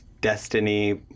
Destiny